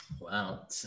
Wow